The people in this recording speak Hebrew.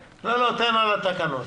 לא, תן על התקנות.